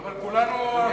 אבל כולנו,